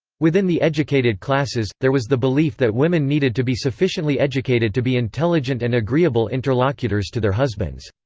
within the educated classes, there was the belief that women needed to be sufficiently educated to be intelligent and agreeable interlocutors to their husbands.